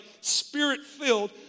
spirit-filled